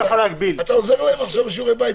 אתה עוזר להם עכשיו בשיעורי בית,